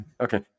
Okay